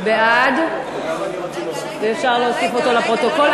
בעד, ואפשר להוסיף אותו לפרוטוקול.